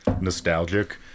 nostalgic